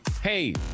hey